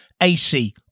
AC